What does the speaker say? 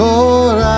Lord